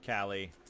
Callie